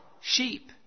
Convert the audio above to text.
sheep